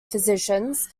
physicians